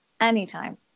anytime